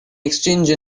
exchange